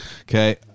Okay